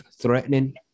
threatening